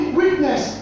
witness